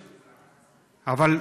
אבל,